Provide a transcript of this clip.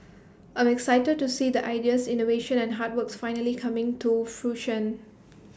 I'm excited to see the ideas innovations and hard works finally coming to fruition